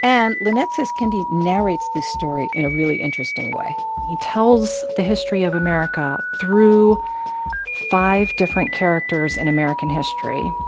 and lynette says kendi narrates this story in a really interesting way he tells the history of america through five different characters in american history.